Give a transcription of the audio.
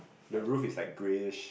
the roof is like greyish